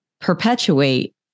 perpetuate